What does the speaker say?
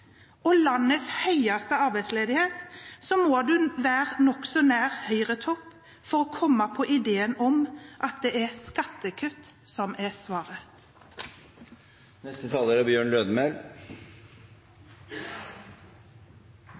og landets høyeste arbeidsledighet, må man være nokså nær Høyre-topp for å komme på ideen om at det er skattekutt som er svaret.